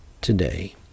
today